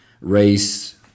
race